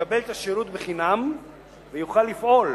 יקבל את השירות חינם ויוכל לפעול,